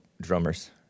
drummers